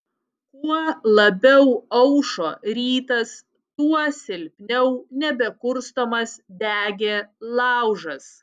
kuo labiau aušo rytas tuo silpniau nebekurstomas degė laužas